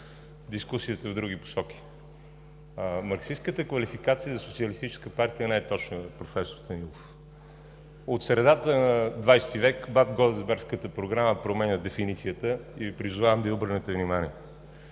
дискусията в други посоки... Марксистката квалификация за социалистическа партия не е точна, проф. Станилов. От средата на XX век Бад-Годесбергската програма променя дефиницията и Ви призовавам да й обърнете внимание.